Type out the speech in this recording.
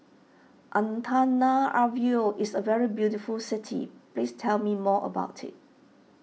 Antananarivo is a very beautiful city please tell me more about it